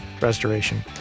restoration